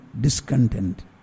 discontent